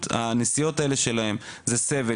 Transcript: הנסיעות האלה שלהם הן פשוט סבל,